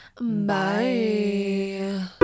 Bye